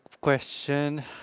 question